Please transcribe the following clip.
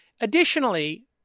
Additionally